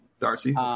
Darcy